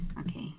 okay